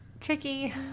tricky